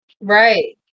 Right